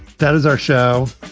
that is our show.